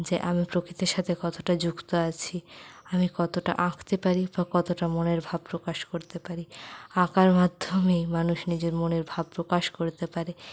যে আমি প্রকৃতির সাথে কতটা যুক্ত আছি আমি কতটা আঁকতে পারি বা কতটা মনের ভাব প্রকাশ করতে পারি আঁকার মাধ্যমেই মানুষ নিজের মনের ভাব প্রকাশ করতে পারে